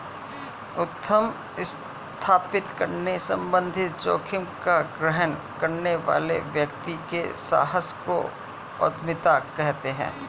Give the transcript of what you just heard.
उद्यम स्थापित करने संबंधित जोखिम का ग्रहण करने वाले व्यक्ति के साहस को उद्यमिता कहते हैं